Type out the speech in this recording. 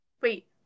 Wait